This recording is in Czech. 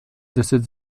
deset